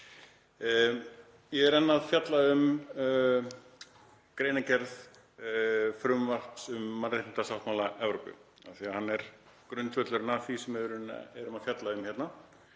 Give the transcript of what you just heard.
Ég er enn að fjalla um greinargerð frumvarps um mannréttindasáttmála Evrópu af því að hann er grundvöllurinn að því sem við erum að fjalla um hérna.